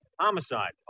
Homicide